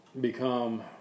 become